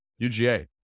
UGA